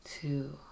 two